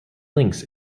lynx